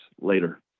later